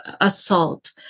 assault